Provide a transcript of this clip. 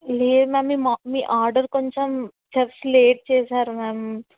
లేదు మ్యామ్ మీ ఆర్డర్ కొంచెం జస్ట్ లేట్ చేశారు మ్యామ్